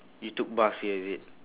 you took bus here is it